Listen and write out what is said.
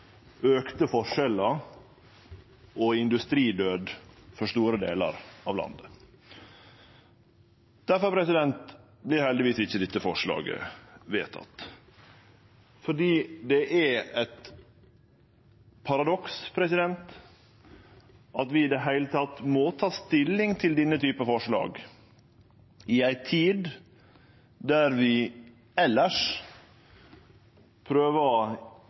forskjellar og industridød for store delar av landet. Difor vert heldigvis ikkje dette forslaget vedteke. Det er eit paradoks at vi i det heile må ta stilling til denne type forslag i ei tid der vi elles i dette huset prøver å